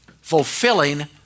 fulfilling